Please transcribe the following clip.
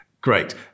Great